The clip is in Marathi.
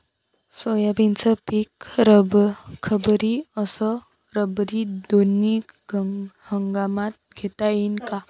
सोयाबीनचं पिक खरीप अस रब्बी दोनी हंगामात घेता येईन का?